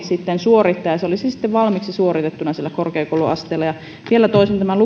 sitten suorittaa ja se olisi sitten valmiiksi suoritettuna siellä korkeakouluasteella vielä toisin tämän